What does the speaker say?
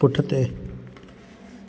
पुठिते